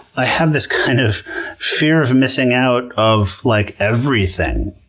i have this kind of fear of missing out of, like, everything.